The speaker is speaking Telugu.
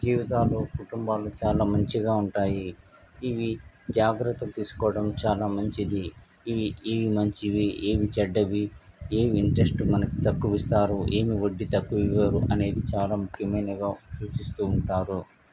జీవితాలు కుంటుంబాలు చాలా మంచిగా ఉంటాయి ఇవి జాగ్రత్తలు తీసుకోవడం చాలా మంచిది ఇవి ఏవి మంచివి ఏవి చెడ్డవి ఏవి ఇంట్రెస్ట్ మనకి తక్కువ ఇస్తారు ఏమి వడ్డీ తక్కువ ఇవ్వరు అనేవి చాలా ముఖ్యమైనవిగా సూచిస్తు ఉంటారు